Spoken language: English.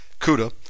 CUDA